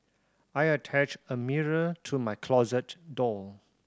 I attached a mirror to my closet door